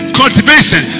cultivation